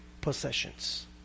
possessions